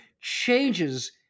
changes